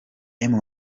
emu